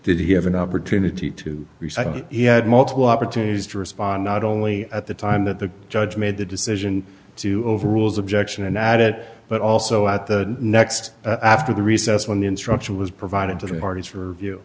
did he have an opportunity to resign he had multiple opportunities to respond not only at the time that the judge made the decision to overrules objection and add it but also at the next after the recess when the instruction was provided to the parties for